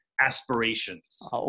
aspirations